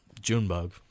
Junebug